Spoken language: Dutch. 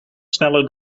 sneller